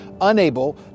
unable